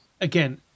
again